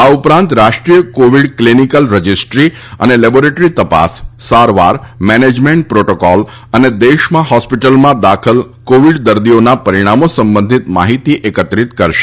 આ ઉપરાંત રાષ્ટ્રીય કોવિડ ક્લિનિકલ રજિસ્ટ્રી અને લેબોરેટરી તપાસ સારવાર મેનેજમેન્ટ પ્રોટોકોલ અને દેશમાં હોસ્પિટલમાં દાખલ કોવિડ દર્દીઓના પરિણામો સંબંધિત માહિતી એકત્રિત કરશે